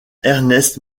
ernest